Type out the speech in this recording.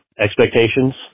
expectations